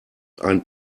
ein